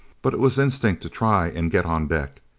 but it was instinct to try and get on deck,